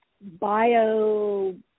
bio